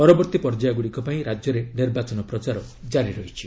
ପରବର୍ତ୍ତୀ ପର୍ଯ୍ୟାୟଗୁଡ଼ିକ ପାଇଁ ରାଜ୍ୟରେ ନିର୍ବାଚନ ପ୍ରଚାର ଜାରି ରହିଛି